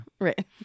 Right